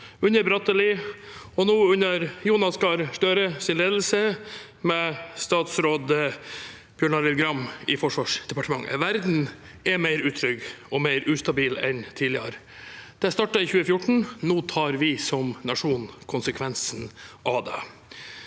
under Bratteli og nå under Jonas Gahr Støres ledelse, med statsråd Bjørn Arild Gram i Forsvarsdepartementet. Verden er mer utrygg og mer ustabil enn tidligere. Det startet i 2014. Nå tar vi som nasjon konsekvensen av det.